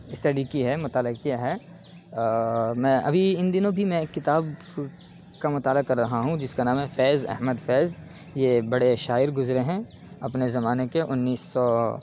study کی ہے مطالعہ کیا ہے میں ابھی ان دنوں بھی میں ایک کتاب کا مطالعہ کر رہا ہوں جس کا نام ہے فیض احمد فیض یہ بڑے شاعر گزرے ہیں اپنے زمانے کے انیس سو